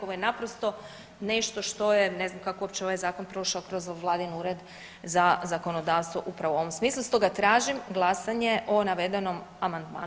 Ovo je naprosto nešto što je, ne znam kako je uopće ovaj zakon prošao kroz vladin Ured za zakonodavstvo upravo u ovom smislu, stoga tražim glasanje o navedenom amandmanu.